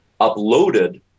uploaded